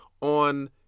on